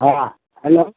हाँ हैलो